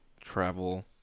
travel